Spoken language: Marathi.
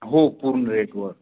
हो पूर्ण रेटवर